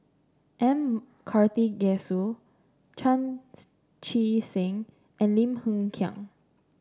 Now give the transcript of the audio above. M Karthigesu Chan Chee Seng and Lim Hng Kiang